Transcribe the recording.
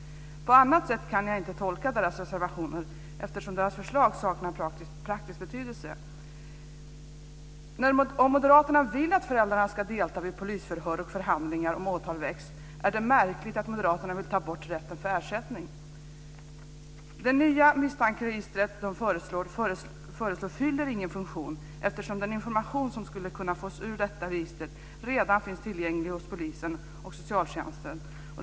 På annat sätt kan jag inte tolka moderaternas reservationer, eftersom deras förslag saknar praktisk betydelse. Om moderaterna vill att föräldrarna ska delta vid polisförhör och förhandlingar om åtal väcks, är det märkligt att moderaterna vill ta bort rätten till ersättning. Det nya misstankeregister som moderaterna föreslår fyller ingen funktion, eftersom den information som skulle kunna fås ur detta register redan finns tillgänglig hos polisen och socialtjänsten.